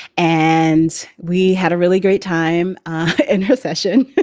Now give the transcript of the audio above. and we had a really great time in her session.